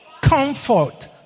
comfort